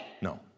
No